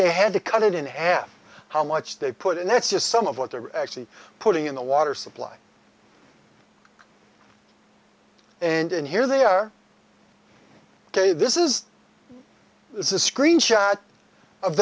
they had to cut it in half how much they put it next just some of what they were actually putting in the water supply and and here they are ok this is this is a screen shot of